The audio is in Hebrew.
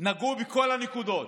נגעו בכל הנקודות,